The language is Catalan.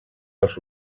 els